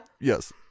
yes